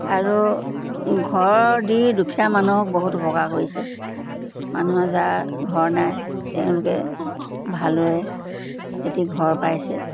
আৰু ঘৰ দি দুখীয়া মানুহক বহুত উপকাৰ কৰিছে মানুহৰ যাৰ ঘৰ নাই তেওঁলোকে এটি ঘৰ পাইছে